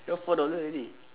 now four dollar already